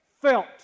felt